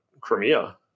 Crimea